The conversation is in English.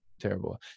terrible